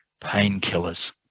painkillers